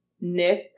Nick